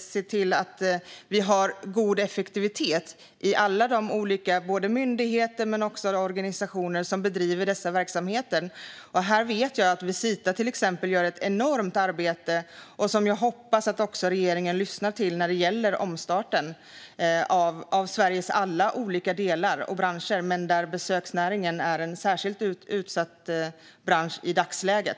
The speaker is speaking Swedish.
se till att vi har god effektivitet i alla de olika myndigheter men också organisationer som bedriver dessa verksamheter. Här vet jag att ett enormt arbete görs av till exempel Visita, som jag hoppas att regeringen lyssnar på när det gäller omstarten. Det gäller Sveriges alla olika delar och branscher, men besöksnäringen är en särskilt utsatt bransch i dagsläget.